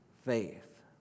faith